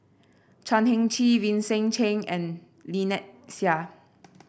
Chan Heng Chee Vincent Cheng and Lynnette Seah